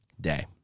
day